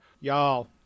y'all